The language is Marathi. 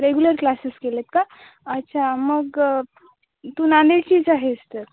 रेग्युलर क्लासेस केले आहेत का अच्छा मग तू नांदेडचीच आहे तर